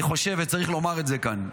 אני חושב, וצריך לומר את זה כאן,